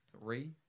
three